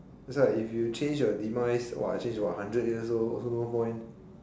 that's why if you change your demise !wah! change about hundred years old also no point